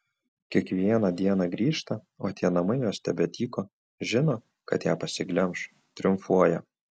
kiekvieną dieną grįžta o tie namai jos tebetyko žino kad ją pasiglemš triumfuoja